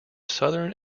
southern